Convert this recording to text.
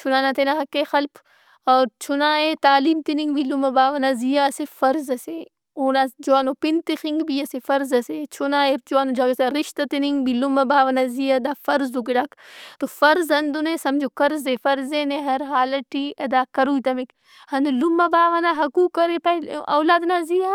چُنا نا تینا حق ئے خلپ۔ او چُنا ئے تعلیم تِننگ بھی لمہ باوہ نا زیا اسہ فرض ئس اے۔ اوڑا جوانو پِن تِخنگ بھی اسہ فرض ئس اے۔ چُنا ئےجوانو جاگہ سے آ رشتہ تِننگ بھی لمہ باوہ نا زیا دا فرض او گڑاک۔ توفرض ہندن اے سمجھو قرض اے۔ فرض ئے نے ہر حال ئٹی ادا کروئی تمک۔ ہندن لمہ باوہ نا حقوق ارے پائہہ اولاد نا زیا۔